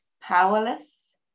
powerless